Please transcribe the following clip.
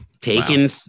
taken